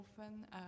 often